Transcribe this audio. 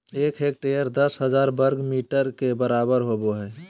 एक हेक्टेयर दस हजार वर्ग मीटर के बराबर होबो हइ